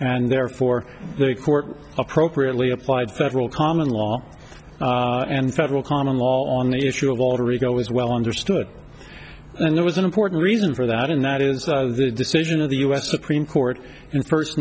and therefore the court appropriately applied federal common law and federal common law on the issue of alter ego is well understood and there was an important reason for that and that is the decision of the us supreme court in first